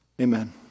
Amen